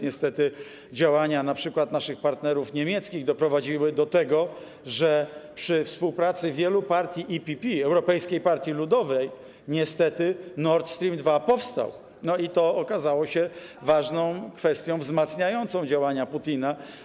Niestety działania np. naszych partnerów niemieckich doprowadziły do tego, że przy współpracy wielu partii EPP, Europejskiej Partii Ludowej, niestety Nord Stream 2 powstał i to okazało się ważną kwestią wzmacniającą działania Putina.